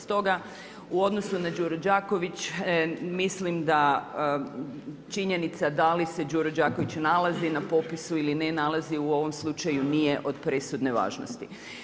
Stoga u odnosu na Đuru Đaković, mislim da činjenica da li se Đuro Đaković nalazi na popisu ili ne nalazi u ovom slučaju nije od presudne važnosti.